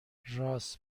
راس